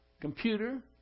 computer